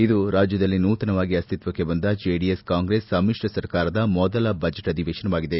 ಇದು ರಾಜ್ಯದಲ್ಲಿ ನೂತನವಾಗಿ ಅಸ್ತಿತ್ವಕ್ಕೆ ಬಂದ ಜೆಡಿಎಸ್ ಕಾಂಗ್ರೆಸ್ ಸಮಿತ್ರ ಸರ್ಕಾರದ ಮೊದಲ ಬಜೆಟ್ ಅಧಿವೇಶನವಾಗಿದೆ